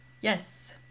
Yes